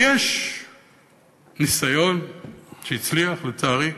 ויש ניסיון שהצליח, לצערי,